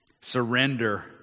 surrender